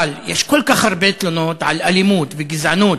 אבל יש כל כך הרבה תלונות על אלימות וגזענות